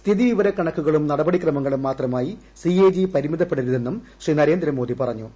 സ്ഥിതിവിവര കണക്കുകളും നട്പടിക്രമങ്ങളും മാത്രമായി C A G പരിമിതപ്പെടരുതെന്നും Shri Narendra Modi പറഞ്ഞു